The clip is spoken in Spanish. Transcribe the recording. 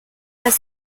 las